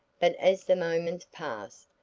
but as the moments passed,